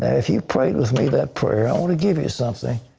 if you prayed with me that prayer, i want to give you something.